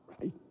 Right